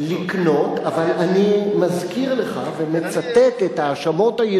שנחתם בספטמבר 1995,